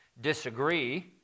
disagree